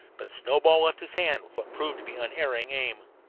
but the snowball left his hand with what proved to be unerring aim.